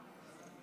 46 חברי כנסת